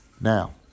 Now